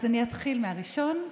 אז אני אתחיל מהראשון,